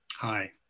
Hi